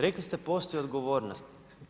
Rekli ste postoji odgovornost.